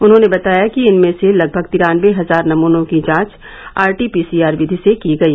उन्होंने बताया कि इनमें से लगभग तिरानबे हजार नमूनों की जांच आरटीपीसीआर विधि से की गयी